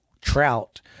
trout